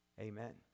Amen